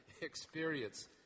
experience